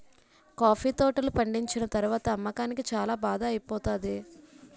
coffee తోటలు పండిచ్చిన తరవాత అమ్మకానికి చాల బాధ ఐపోతానేది